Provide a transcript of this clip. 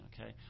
Okay